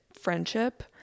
friendship